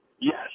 Yes